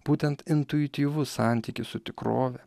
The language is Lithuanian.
būtent intuityvus santykis su tikrove